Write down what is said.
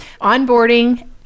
onboarding